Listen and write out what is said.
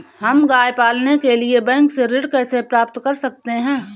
हम गाय पालने के लिए बैंक से ऋण कैसे प्राप्त कर सकते हैं?